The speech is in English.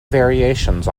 variations